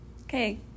Okay